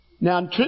Now